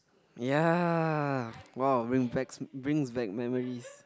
ya !wow! bring back brings back memories